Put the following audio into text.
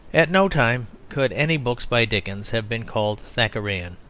at no time could any books by dickens have been called thackerayan.